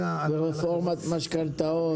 קשה לי להתמקד אחרי כל כך הרבה הערות.